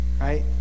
right